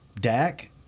Dak